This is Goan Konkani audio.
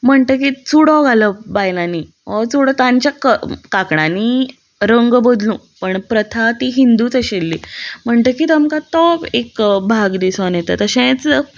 म्हणटकीत चुडो घालप बायलांनी हो चुडो तांच्या क कांकणांनी रंग बदलू पण प्रथा ती हिंदूच आशिल्ली म्हणटकीत आमकां तो एक भाग दिसून येता तशेंच